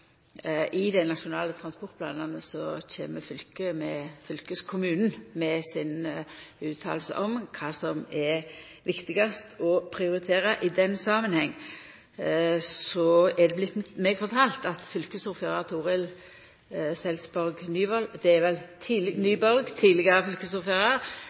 I samband med dei nasjonale transportplanane kjem fylkeskommunen med sin uttale om kva som er viktigast å prioritera. I den samanhengen er det vorte meg fortalt at tidlegare fylkesordførar Torill Selsvold Nyborg har stadfesta at det er